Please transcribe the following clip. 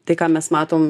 tai ką mes matom